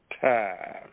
time